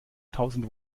tausend